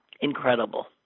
Incredible